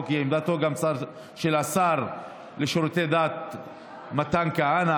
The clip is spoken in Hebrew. והיא גם עמדתו של השר לשירותי דת מתן כהנא,